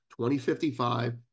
2055